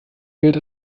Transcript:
gilt